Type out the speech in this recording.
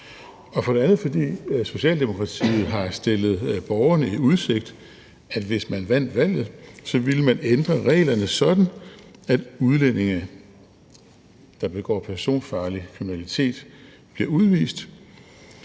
For det andet har Socialdemokratiet stillet borgerne i udsigt, at hvis man vandt valget, ville man ændre reglerne sådan, at udlændinge, der begår personfarlig kriminalitet, bliver udvist.